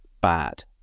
bad